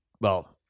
well-